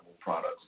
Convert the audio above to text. products